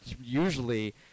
usually